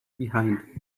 behind